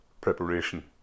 preparation